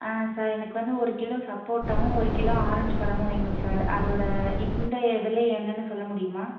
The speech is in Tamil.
ஆ சார் எனக்கு வந்து ஒரு கிலோ சப்போட்டாவும் ஒரு கிலோ ஆரஞ்சு பழமும் வேணும் சார் அதோடய இன்றைய விலை என்னென்னு சொல்ல முடியுமா